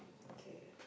okay